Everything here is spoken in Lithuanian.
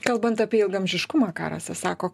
kalbant apie ilgaamžiškumą ką rasa sako